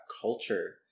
culture